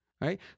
Right